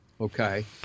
Okay